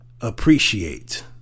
appreciate